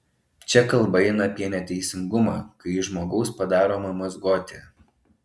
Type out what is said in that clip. čia kalba eina apie neteisingumą kai iš žmogaus padaroma mazgotė